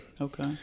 Okay